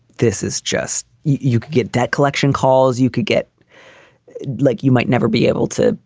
this is just you can get debt collection calls, you could get like you might never be able to.